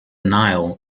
nile